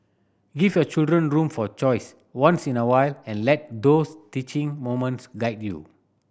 give your children room for choice once in a while and let those teaching moments guide you